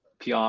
PR